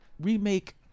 remake